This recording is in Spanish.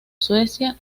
suecia